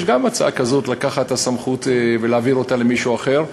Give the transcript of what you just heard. יש גם הצעה כזאת לקחת את הסמכות ולהעביר אותה למישהו אחר,